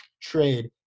trade